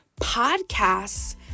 podcasts